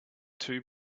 two